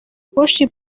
worship